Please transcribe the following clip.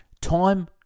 Time